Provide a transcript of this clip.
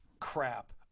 crap